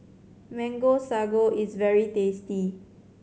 Mango Sago is very tasty